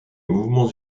mouvements